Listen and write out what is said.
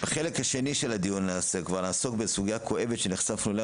בחלקו השני של הדיון נעסוק בסוגיה כואבת שנחשפנו אליה